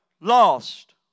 lost